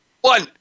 One